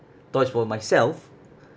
toys for myself